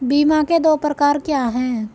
बीमा के दो प्रकार क्या हैं?